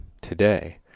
today